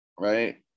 Right